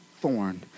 thorn